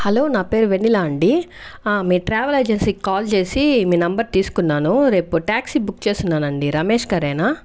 hello నా పేరు వెన్నెల అండి ఆ మీ ట్రావెల్ ఏజెన్సీ కి కాల్ చేసి మీ నెంబర్ తీసుకున్నాను రేపు ట్యాక్సి బుక్ చేసున్నానండి రమేష్ గారేనా